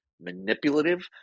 manipulative